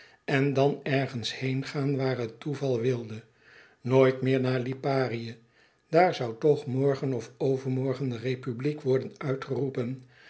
en dan ergens heengaan waar het toeval wilde nooit meer naar liparië daar zoû toch morgen of overmorgen de republiek worden uitgeroepen